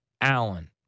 Allen